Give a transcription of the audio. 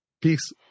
Peace